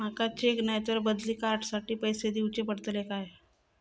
माका चेक नाय तर बदली कार्ड साठी पैसे दीवचे पडतले काय?